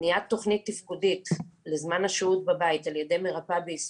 בניית תוכנית תפקודית לזמן השהות בבית על ידי מרפאה בעיסוק,